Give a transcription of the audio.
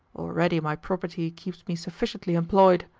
already my property keeps me sufficiently employed.